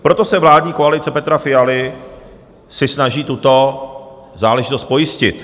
Proto vládní koalice Petra Fialy se snaží tuto záležitost pojistit.